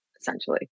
essentially